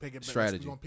strategy